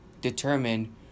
determine